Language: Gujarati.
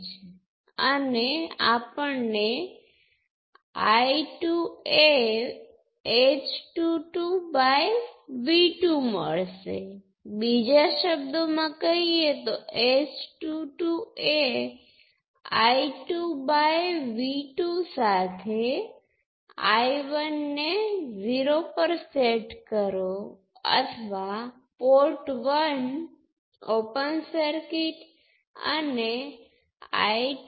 તેથી પ્રથમ એક કરંટ છે તેથી આપણી પાસે બે શાખાઓ g11 અને V1 નો સરવાળો છે જે g11 ની કંડક્ટન્સ અથવા g11 દ્વારા 1 નો રેઝિસ્ટન્સ રજૂ કરે છે બીજો I2 પર I1 ની અવલંબન આપે છે તેથી આ કરંટ કંટ્રોલ કરંટ સોર્સ છે જેનો ગેઈન g12 છે અથવા જેની કિંમત g12 × I2 છે